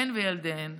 הן וילדיהן.